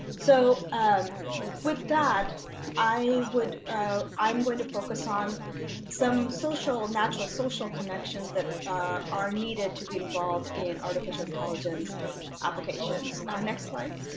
so um with that i would i'm going to focus on some social, natural. social connections that are needed to be involved in artificial intelligence applications. like